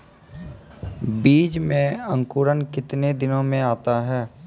बीज मे अंकुरण कितने दिनों मे आता हैं?